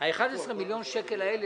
ה- 11 מיליון שקלים אלה,